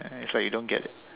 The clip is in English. is like you don't get it